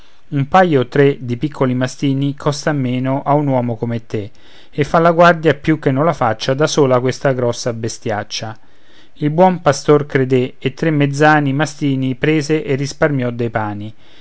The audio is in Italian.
un paio o tre di piccoli mastini costan meno a un uomo come te e fan la guardia più che non la faccia da sola questa grossa bestiaccia il buon pastor credé e tre mezzani mastini prese e risparmiò dei pani